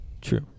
True